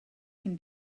can